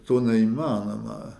to neįmanoma